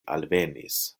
alvenis